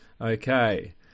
Okay